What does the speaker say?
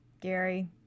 Gary